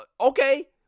Okay